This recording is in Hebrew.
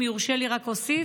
אם יורשה לי, רק אוסיף,